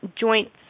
joints